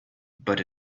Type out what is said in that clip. but